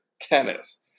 tennis